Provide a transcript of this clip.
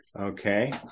Okay